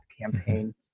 campaign